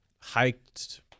hiked